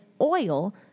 oil